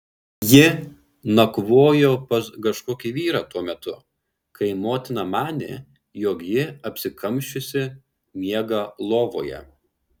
ji nakvojo pas kažkokį vyrą tuo metu kai motina manė jog ji apsikamšiusi miega lovoje